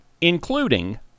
including